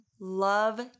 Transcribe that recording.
love